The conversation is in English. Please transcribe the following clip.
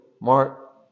Mark